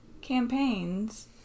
campaigns-